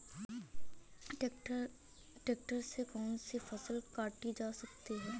Tractor से कौन सी फसल काटी जा सकती हैं?